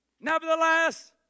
Nevertheless